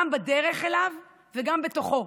גם בדרך אליו וגם בתוכו.